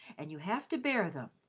and you have to bear them.